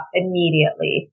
immediately